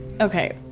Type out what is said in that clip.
Okay